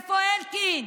איפה אלקין,